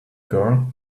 girl